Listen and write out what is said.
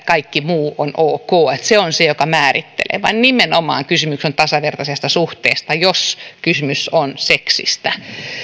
että kaikki muu on ok ja että se on se joka määrittelee vaan nimenomaan kysymys on tasavertaisesta suhteesta jos kysymys on seksistä